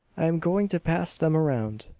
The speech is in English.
i am going to pass them around,